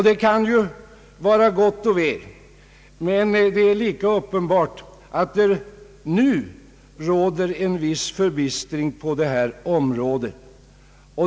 Det kan ju vara gott och väl, men det är lika uppenbart att det nu råder en viss förbistring på detta område.